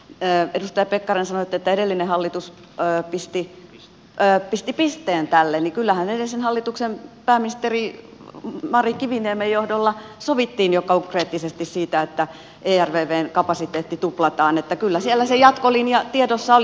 edustaja pekkarinen sanoitte että edellinen hallitus pisti pisteen tälle mutta kyllähän edellisen hallituksen pääministerin mari kiviniemen johdolla sovittiin jo konkreettisesti siitä että ervvn kapasiteetti tuplataan että kyllä siellä se jatkolinja tiedossa oli